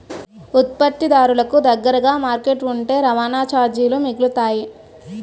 ఉత్పత్తిదారులకు దగ్గరగా మార్కెట్ ఉంటే రవాణా చార్జీలు మిగులుతాయి